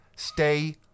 Stay